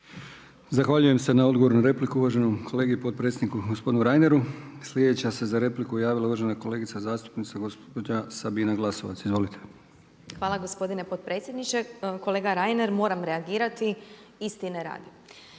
Zahvaljujem se na odgovoru na repliku uvaženom kolegi potpredsjedniku gospodinu Reineru. Sljedeća se za repliku javila uvažena kolegica zastupnica gospođa Sabina Glasovac. Izvolite. **Glasovac, Sabina (SDP)** Hvala gospodine potpredsjedniče. Kolega Reiner moram reagirati istine radi.